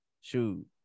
Shoot